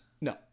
No